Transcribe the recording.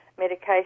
medication